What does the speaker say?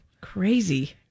Crazy